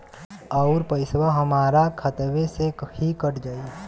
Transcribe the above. अउर पइसवा हमरा खतवे से ही कट जाई?